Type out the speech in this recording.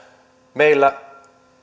meillä